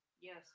Yes